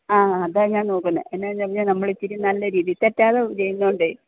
ആ അതാണ് ഞാന് നോക്കുന്നത് എന്താണെന്ന് പറഞ്ഞാൽ നമ്മൾ ഇച്ചിരി നല്ല രീതിയിൽ തെറ്റാതെ ചെയ്യുന്നുണ്ട്